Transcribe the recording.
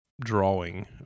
drawing